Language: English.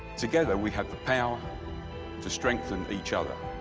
together we have the power to strengthen each other.